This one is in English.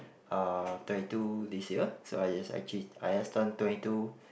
uh twenty two this year so I just actually I just turned twenty two